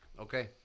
Okay